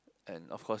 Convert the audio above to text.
and of course